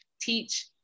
Teach